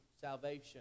salvation